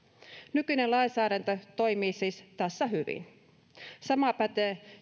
nykyinen lainsäädäntö toimii siis tässä hyvin sama pätee